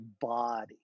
body